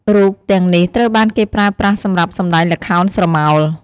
រូបទាំងនេះត្រូវបានគេប្រើប្រាស់សម្រាប់សម្ដែងល្ខោនស្រមោល។